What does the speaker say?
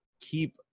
keep